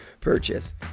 purchase